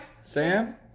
Sam